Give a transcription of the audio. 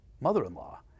mother-in-law